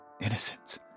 Innocence